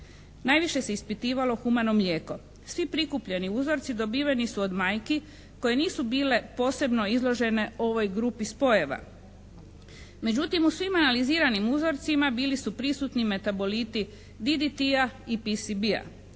Najviše se ispitivalo humano mlijeko. Svi prikupljeni uzorci dobiveni su od majki koje nisu bile posebno izložene ovoj grupi spojeva. Međutim u svim analiziranim uzorcima bili su prisutni metaboliti DDT-a i PCB-a.